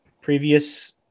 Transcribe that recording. previous